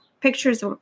Pictures